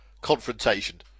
confrontation